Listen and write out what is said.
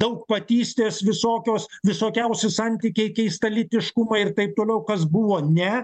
daugpatystės visokios visokiausi santykiai keist tą lytiškumą ir taip toliau kas buvo ne